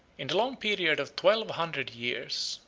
in the long period of twelve hundred years,